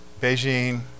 Beijing